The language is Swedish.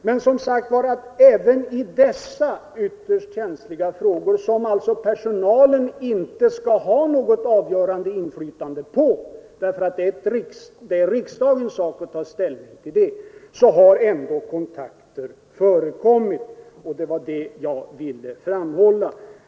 Men även i dessa ytterst känsliga frågor — som personalen vid de olika myndigheterna alltså inte skall ha något avgörande inflytande på, eftersom det är riksdagens sak att ta ställning till dem — har kontakter förekommit, och det var det jag ville framhålla.